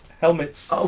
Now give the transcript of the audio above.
Helmets